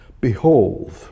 Behold